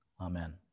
Amen